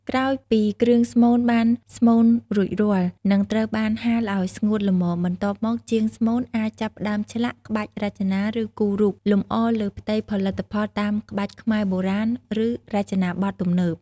ក្រោយពីគ្រឿងស្មូនបានស្មូនរួចរាល់ នឹងត្រូវបានហាលឲ្យស្ងួតល្មម បន្ទាប់មកជាងស្មូនអាចចាប់ផ្ដើម ឆ្លាក់ ក្បាច់រចនា ឬគូររូប លម្អលើផ្ទៃផលិតផលតាមក្បាច់ខ្មែរបុរាណ ឬរចនាបថទំនើប។